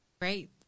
Great